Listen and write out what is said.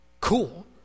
Cool